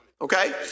Okay